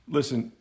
Listen